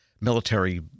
military